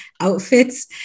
outfits